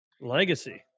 legacy